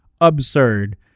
absurd